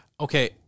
okay